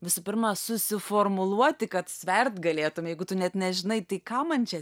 visų pirma susiformuluoti kad svert galėtum jeigu tu net nežinai tai ką man čia